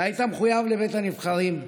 אתה היית מחויב לבית הנבחרים,